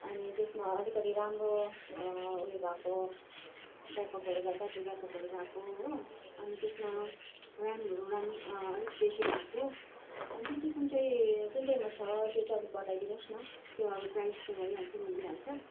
अनि त्यसमा अलिकति राम्रो उयो भएको ब्याक्अप भएको हो ब्याट्री ब्याक्अपहरू भएको हो अनि त्यसमा रेमहरू राम्रो अलिक बेसी भएको अनि त्यो चाहिँ कुन चाहिँ कुन चाहिँमा छ त्यो चाहिँ अलिक बताइदिनु होस् न त्यो अब प्राइस त भइहाल्छ मिलिहाल्छ